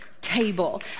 table